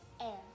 air